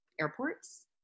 airports